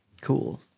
Cool